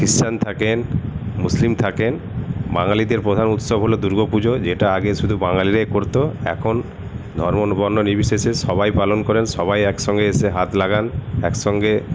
খ্রিস্টান থাকেন মুসলিম থাকেন বাঙালিদের প্রধান উৎসব হল দুর্গ পুজো যেটা আগে শুধু বাঙালিরাই করতো এখন ধর্ম বর্ণ নির্বিশেষে সবাই পালন করেন সবাই একসঙ্গে এসে হাত লাগান একসঙ্গে